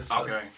Okay